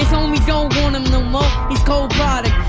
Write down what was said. homies don't want him no more. he's cold product.